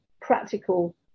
practical